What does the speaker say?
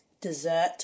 dessert